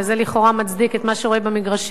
וזה לכאורה מצדיק את מה שרואים במגרשים,